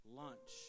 lunch